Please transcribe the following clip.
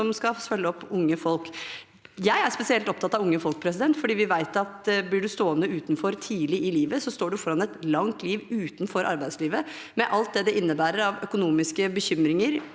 som skal følge opp unge folk. Jeg er spesielt opptatt av unge folk, for vi vet at om man blir stående utenfor tidlig i livet, står man foran et langt liv utenfor arbeidslivet, med alt hva det innebærer av økonomiske bekymringer,